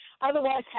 Otherwise